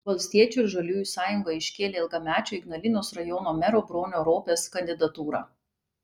valstiečių ir žaliųjų sąjunga iškėlė ilgamečio ignalinos rajono mero bronio ropės kandidatūrą